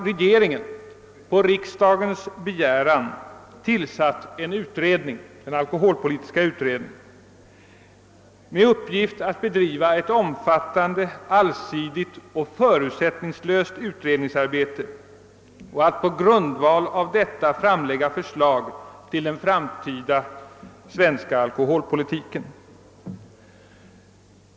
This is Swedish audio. Regeringen har på riksdagens begäran tillsatt en utredning, den alkoholpolitiska utredningen, med uppgift att bedriva ett omfattande, allsidigt och förutsättningslöst utredningsarbete och att på grundval av detta framlägga förslag till den framtida svenska alkohol politiken.